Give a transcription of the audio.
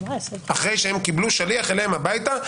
אחרי שהם קיבלו שליח אליהם הביתה,